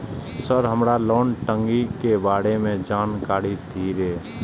Sir हमरा loan टंगी के बारे में जान कारी धीरे?